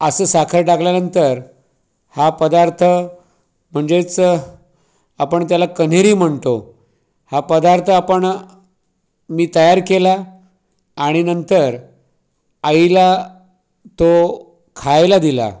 असं साखर टाकल्यानंतर हा पदार्थ म्हणजेच आपण त्याला कन्हेरी म्हणतो हा पदार्थ आपण मी तयार केला आणि नंतर आईला तो खायला दिला